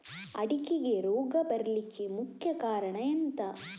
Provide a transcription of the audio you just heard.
ಅಡಿಕೆಗೆ ರೋಗ ಬರ್ಲಿಕ್ಕೆ ಮುಖ್ಯ ಕಾರಣ ಎಂಥ?